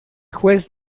juez